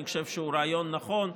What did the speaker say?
אני חושב שזה רעיון נכון,